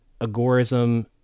agorism